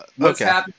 Okay